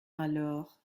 alors